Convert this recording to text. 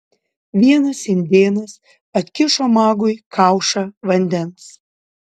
vienas indėnas atkišo magui kaušą vandens